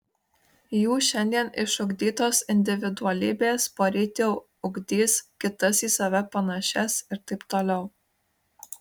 jų šiandien išugdytos individualybės poryt jau ugdys kitas į save panašias ir taip toliau